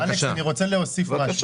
אני רוצה להוסיף משהו.